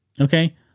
Okay